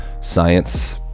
science